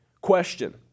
question